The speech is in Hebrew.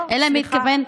לא, סליחה.